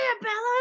Bella